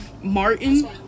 Martin